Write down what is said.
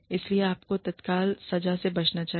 इसलिए आपको तत्काल सजा से बचना चाहिए